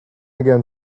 again